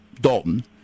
Dalton